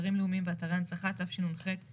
אתרים לאומיים ואתרי הנצחה תשנ"ח-1998,